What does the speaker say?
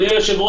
הישיבה